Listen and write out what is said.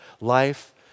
life